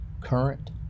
current